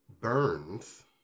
burns